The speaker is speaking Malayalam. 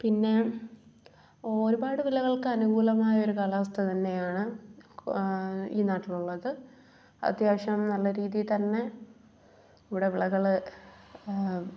പിന്നെ ഒരുപാട് വിളകൾക്ക് അനുകൂലമായ ഒരു കാലാവസ്ഥ തന്നെയാണ് ഈ നാട്ടിൽ ഉള്ളത് അത്യാവശ്യം നല്ല രീതിയിൽ തന്നെ ഇവിടെ വിളകൾ